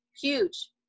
huge